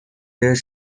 days